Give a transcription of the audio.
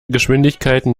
geschwindigkeiten